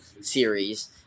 series